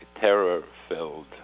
terror-filled